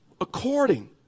According